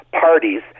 parties